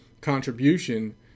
contribution